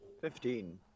Fifteen